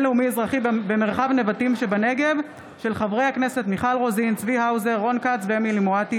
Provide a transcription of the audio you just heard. של חברי הכנסת מוסי רז ואמילי חיה מואטי